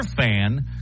fan